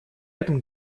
этом